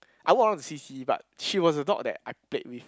I walk around to see see but she was the dog that I played with